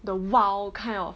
the wild kind of